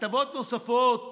הטבות נוספות